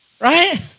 Right